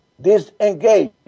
disengage